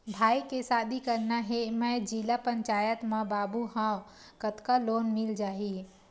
भाई के शादी करना हे मैं जिला पंचायत मा बाबू हाव कतका लोन मिल जाही?